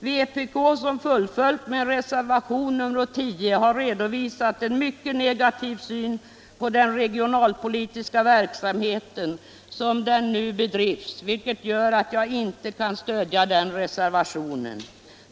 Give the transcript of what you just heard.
Vpk, som fullföljt med reservationen 10, har redovisat en mycket negativ syn på den regionalpolitiska verksamheten som den nu bedrivs, vilket gör att jag inte kan stödja den reservationen.